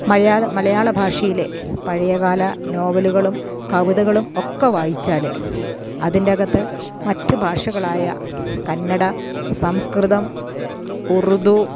മയാ മലയാള ഭാഷയിലെ പഴയകാല നോവലുകളും കവിതകളും ഒക്കെ വായിച്ചാൽ അതിൻ്റെ അകത്ത് മറ്റ് ഭാഷകളായ കന്നഡ സംസ്കൃതം ഉറുദു